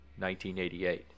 1988